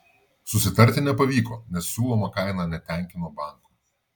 susitarti nepavyko nes siūloma kaina netenkino banko